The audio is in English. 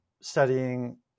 studying